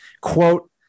quote